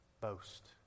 boast